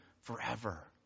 forever